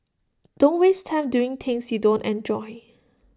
don't waste time doing things you don't enjoy